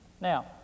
Now